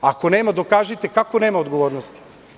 Ako nema, dokažite kako nema odgovornosti.